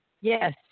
yes